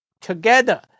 together